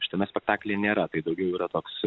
šitame spektaklyje nėra tai daugiau yra toks